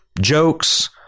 jokes